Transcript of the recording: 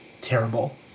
terrible